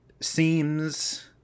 seems